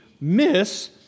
miss